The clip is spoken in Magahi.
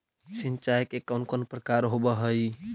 सिंचाई के कौन कौन प्रकार होव हइ?